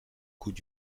coups